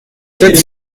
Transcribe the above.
sept